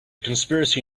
conspiracy